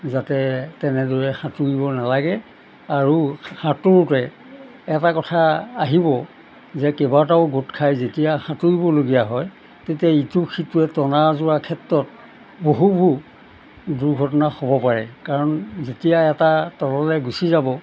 যাতে তেনেদৰে সাঁতুৰিব নালাগে আৰু সাঁতোৰোতে এটা কথা আহিব যে কেইবাটাও গোট খাই যেতিয়া সাঁতুৰিবলগীয়া হয় তেতিয়া ইটোক সিটোৱে টনা আজোৰাৰ ক্ষেত্ৰত বহুবোৰ দুৰ্ঘটনা হ'ব পাৰে কাৰণ যেতিয়া এটা তললৈ গুচি যাব